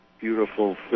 beautiful